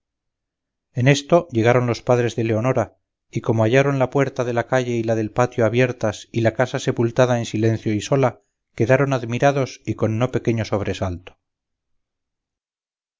en esto llegaron los padres de leonora y como hallaron la puerta de la calle y la del patio abiertas y la casa sepultada en silencio y sola quedaron admirados y con no pequeño sobresalto